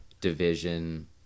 Division